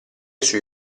sui